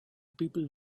people